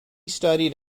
studied